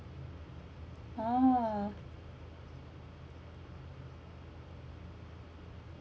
ah